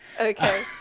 Okay